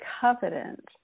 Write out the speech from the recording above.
covenant